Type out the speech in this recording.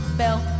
bell